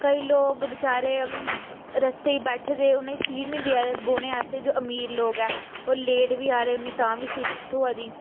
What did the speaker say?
केईं लोक बेचारे रस्तें च बैठे दे उ'नें गी सीट नी देयै दे बौह्ने आस्तै अमीर लोग ऐ ओह् लेट बी आ दे उनेंगी तां सीटां थ्होआ दी